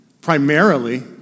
primarily